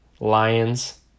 Lions